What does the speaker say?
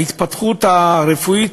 ההתפתחות הרפואית,